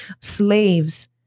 Slaves